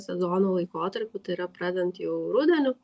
sezono laikotarpiu tai yra pradedant jau rudeniu